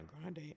grande